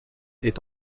est